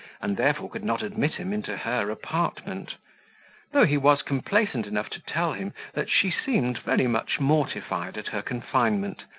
and therefore could not admit him into her apartment though he was complaisant enough to tell him that she seemed very much mortified at her confinement,